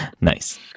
Nice